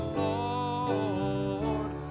lord